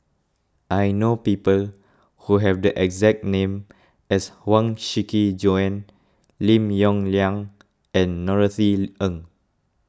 I know people who have the exact name as Huang Shiqi Joan Lim Yong Liang and Norothy Ng